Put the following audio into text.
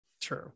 true